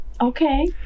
okay